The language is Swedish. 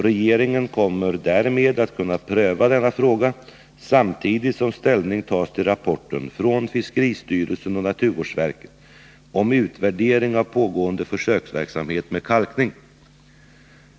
Regeringen kommer därmed att kunna pröva denna fråga samtidigt som ställning tas till rapporten från fiskeristyrelsen och naturvårdsverket om utvärdering av pågående försöksverksamhet med kalkning.